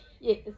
Yes